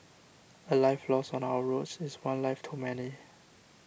a life lost on our roads is one life too many